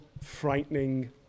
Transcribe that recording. frightening